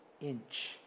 inch